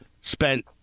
Spent